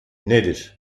nedir